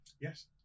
yes